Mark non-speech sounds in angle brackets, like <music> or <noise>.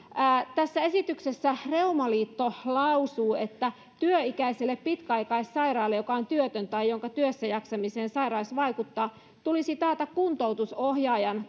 tässä esityksessä reumaliitto lausuu että työikäiselle pitkäaikaissairaalle joka on työtön tai jonka työssäjaksamiseen sairaus vaikuttaa tulisi taata kuntoutusohjaajan <unintelligible>